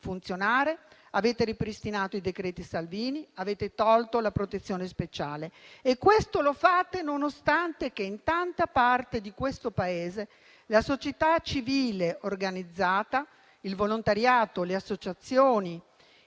funzionare, avete ripristinato i decreti Salvini e tolto la protezione speciale. Tutto questo lo fate nonostante che in tanta parte di questo Paese la società civile organizzata, il volontariato e le associazioni,